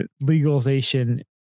legalization